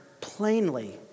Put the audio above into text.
plainly